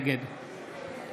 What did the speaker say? נגד